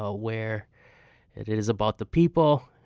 ah where it it is about the people,